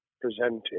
presenting